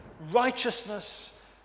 righteousness